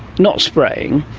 not spraying,